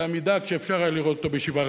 בעמידה, כשהיה אפשר לראות אותו בישיבה?